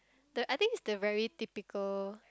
the I think it's the very typical